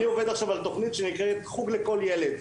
אני עובד עכשיו על תוכנית שנקראת "חוג לכל ילד".